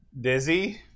Dizzy